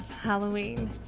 halloween